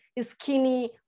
skinny